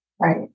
Right